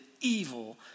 evil